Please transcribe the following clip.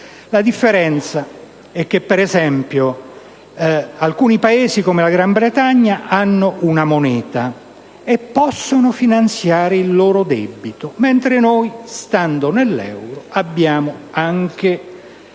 La differenza è che alcuni Paesi, come la Gran Bretagna, hanno una moneta e possono finanziare il loro debito mentre noi, stando nell'euro, non